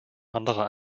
anderer